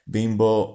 Bimbo